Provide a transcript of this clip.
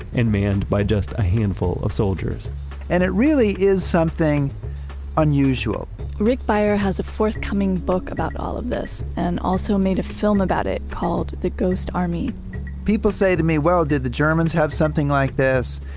and manned by just a handful of soldiers and it really is something unusual rick beyer has a forthcoming book about all of this and also made a film about it called the ghost army people say to me, well, did the germans have something like this?